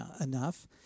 enough